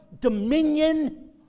dominion